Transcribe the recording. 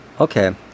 Okay